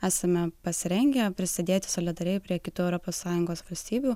esame pasirengę prisidėti solidariai prie kitų europos sąjungos valstybių